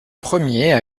premiers